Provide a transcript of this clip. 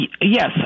Yes